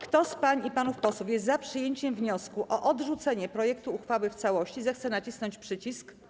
Kto z pań i panów posłów jest za przyjęciem wniosku o odrzucenie projektu uchwały w całości, zechce nacisnąć przycisk.